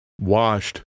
washed